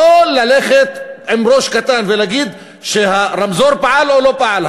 לא להיות ראש קטן ולהגיד שהרמזור פעל או לא פעל,